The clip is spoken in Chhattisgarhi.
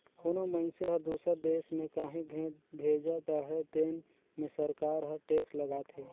कोनो मइनसे हर दूसर देस में काहीं भेंट भेजत अहे तेन में सरकार हर टेक्स लगाथे